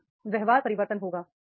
तब व्यवहार परिवर्तन होगा